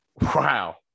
Wow